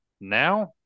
now